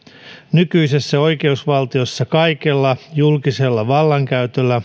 nykyisessä oikeusvaltiossa kaikella julkisella vallankäytöllä